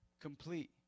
complete